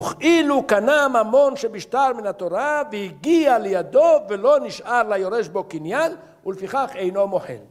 וכאילו קנה ממון שמשטר מן התורה, והגיע לידו, ולא נשאר ליורש בו קניין, ולפיכך אינו מוחל.